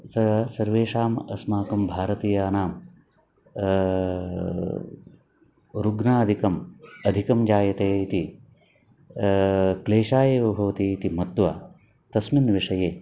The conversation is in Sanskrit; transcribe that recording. स सर्वेषाम् अस्माकं भारतीयानां रुग्णादिकम् अधिकं जायते इति क्लेशः एव भवति इति मत्वा तस्मिन् विषये